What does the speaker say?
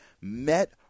met